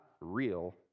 real